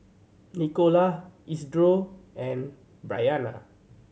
Nicola Isidro and Bryanna